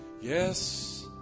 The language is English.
Yes